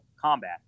combat